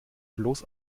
bloß